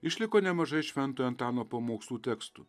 išliko nemažai šventojo antano pamokslų tekstų